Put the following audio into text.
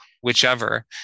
whichever